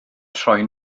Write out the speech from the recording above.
troi